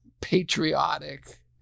patriotic